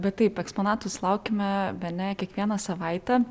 bet taip eksponatų sulaukiame bene kiekvieną savaitę